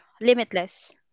limitless